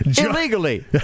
Illegally